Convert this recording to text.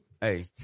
Hey